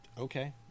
Okay